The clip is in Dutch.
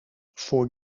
voor